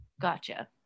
Gotcha